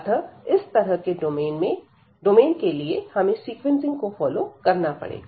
अतः इस तरह के डोमेन के लिए हमें सीक्वेंसिंग को फॉलो करना पड़ेगा